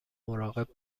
مراقب